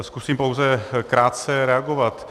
Zkusím pouze krátce reagovat.